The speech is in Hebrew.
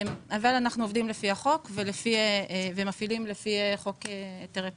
אבל אנחנו עובדים לפי החוק ומפעילים לפי חוק היתרי פליטה.